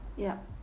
yup